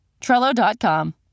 Trello.com